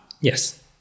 Yes